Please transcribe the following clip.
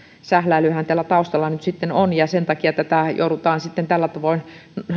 sähläilyhän täällä taustalla nyt on ja sen takia joudutaan sitten tällä tavoin